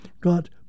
Got